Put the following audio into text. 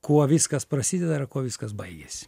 kuo viskas prasideda ir kuo viskas baigiasi